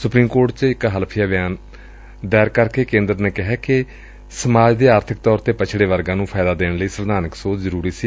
supreme court ਚ ਇਕ ਹਲਫੀਆ ਬਿਆਨ ਦਾਇਰ ਕਰਕੇ ਕੇਂਦਰ ਨੇ ਕਿਹੈ ਕਿ ਸਮਾਜ ਦੇ ਆਰਥਿਕ ਤੌਰ ਤੇ ਪਛੜੇ ਵਰਗਾ ਨੂੰ ਫਾਇਦਾ ਦੇਣ ਲਈ ਸੰਵਿਧਾਨਕ ਸੋਧ ਕਰਨਾ ਜ਼ਰੂਰੀ ਸੀ